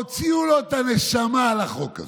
הוציאו לו את הנשמה על החוק הזה.